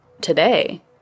today